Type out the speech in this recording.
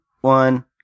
one